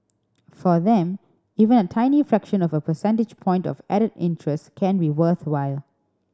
for them even a tiny fraction of a percentage point of added interest can be worthwhile